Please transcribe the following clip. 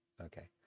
Okay